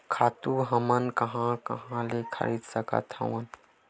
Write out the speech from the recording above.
खातु हमन कहां कहा ले खरीद सकत हवन?